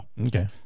Okay